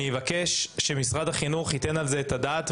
אני אבקש שמשרד החינוך ייתן על זה את הדעת,